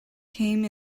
came